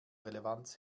relevanz